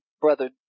brother